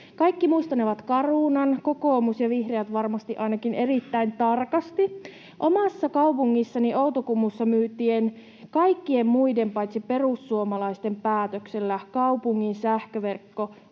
Kaikki muistanevat Carunan — kokoomus ja vihreät varmasti ainakin erittäin tarkasti. Omassa kaupungissani Outokummussa myytiin kaikkien muiden paitsi perussuomalaisten päätöksellä kaupungin sähköverkko